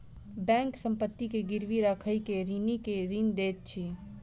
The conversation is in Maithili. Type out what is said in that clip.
बैंक संपत्ति के गिरवी राइख के ऋणी के ऋण दैत अछि